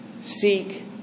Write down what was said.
seek